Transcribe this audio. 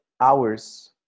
hours